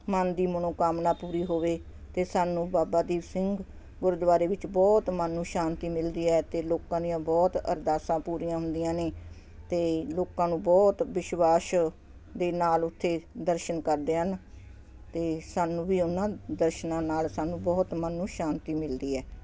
ਮਨ ਦੀ ਮਨੋਕਾਮਨਾ ਪੂਰੀ ਹੋਵੇ ਅਤੇ ਸਾਨੂੰ ਬਾਬਾ ਦੀਪ ਸਿੰਘ ਗੁਰਦੁਆਰੇ ਵਿੱਚ ਬਹੁਤ ਮਨ ਨੂੰ ਸ਼ਾਂਤੀ ਮਿਲਦੀ ਹੈ ਅਤੇ ਲੋਕਾਂ ਦੀਆਂ ਬਹੁਤ ਅਰਦਾਸਾਂ ਪੂਰੀਆਂ ਹੁੰਦੀਆਂ ਨੇ ਅਤੇ ਲੋਕਾਂ ਨੂੰ ਬਹੁਤ ਵਿਸ਼ਵਾਸ ਦੇ ਨਾਲ ਉੱਥੇ ਦਰਸ਼ਨ ਕਰਦੇ ਹਨ ਅਤੇ ਸਾਨੂੰ ਵੀ ਉਹਨਾਂ ਦਰਸ਼ਨਾਂ ਨਾਲ ਸਾਨੂੰ ਬਹੁਤ ਮਨ ਨੂੰ ਸ਼ਾਂਤੀ ਮਿਲਦੀ ਹੈ